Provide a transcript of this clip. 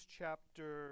chapter